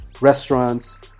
restaurants